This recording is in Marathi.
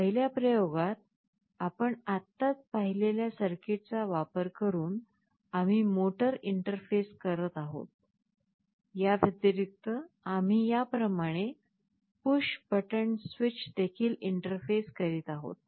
पहिल्या प्रयोगात आपण आत्ताच पाहिलेल्या सर्किटचा वापर करून आम्ही मोटर इंटरफेस करतो आहोत याव्यतिरिक्त आम्ही याप्रमाणे पुश बटण स्विच देखील इंटरफेस करीत आहोत